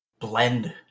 blend